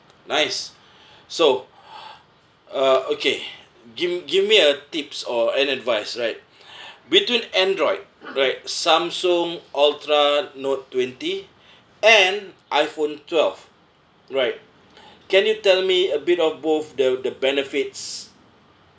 nice so uh okay give give me a tips or an advice right between android right samsung ultra note twenty and iphone twelve right can you tell me a bit of both the the benefits